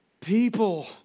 people